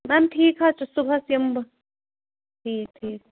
میم ٹھیٖک حظ چھِ صُبحَس یِم بہٕ ٹھیٖک ٹھیٖک